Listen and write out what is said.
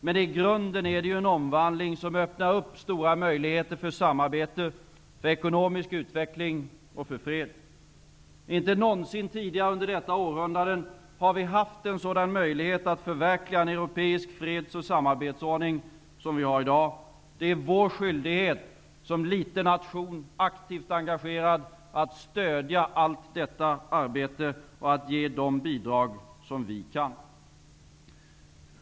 Men i grunden är det ju en omvandling som öppnar för stora möjligheter för samarbete, ekonomisk utveckling och fred. Inte någonsin tidigare under detta århundrade har vi haft en sådan möjlighet att förverkliga en europeisk freds och samarbetsordning som vi har i dag. Det är vår skyldighet, som liten aktivt engagerad nation, att stödja allt detta arbete och att ge de bidrag som vi kan.